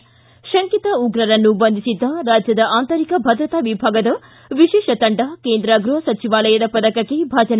ಿ ಶಂಕಿತ ಉಗ್ರರನ್ನು ಬಂಧಿಸಿದ್ದ ರಾಜ್ಯದ ಆಂತರಿಕ ಭದ್ರತಾ ವಿಭಾಗದ ವಿಶೇಷ ತಂಡ ಕೇಂದ್ರ ಗೃಪ ಸಚಿವಾಲಯದ ಪದಕಕ್ಕೆ ಭಾಜನ